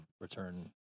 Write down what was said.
return